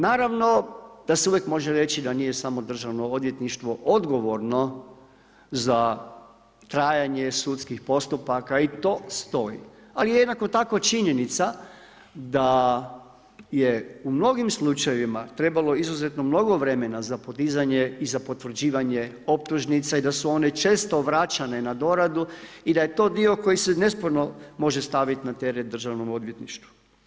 Naravno da se uvijek može reći da nije samo državno odvjetništvo odgovorno za trajanje sudskih postupaka i to stoji, ali jednako tako činjenica da je u mnogim slučajevima trebalo izuzetno mnogo vremena za podizanje i potvrđivanje optužnica i da su one često vraćane na doradu i da je to dio koji se nesporno može staviti na teret državnom odvjetništvu.